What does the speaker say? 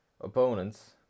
opponents